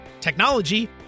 technology